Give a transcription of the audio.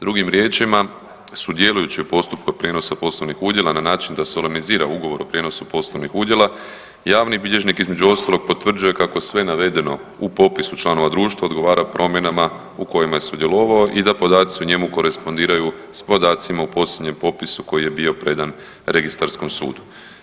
Drugim riječima sudjelujući u postupku prijenosa poslovnih udjela na način da solemnizira ugovor o prijenosu poslovnih udjela javni bilježnik između ostalog potvrđuje kako sve navedeno u popisu članova društva odgovara promjenama u kojima je sudjelovao i da podaci o njemu korespondiraju s podacima u posljednjem popisu koji je bio predan registarskom sudu.